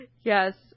Yes